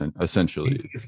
essentially